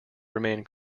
remain